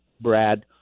Brad